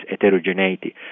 heterogeneity